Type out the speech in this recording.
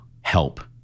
help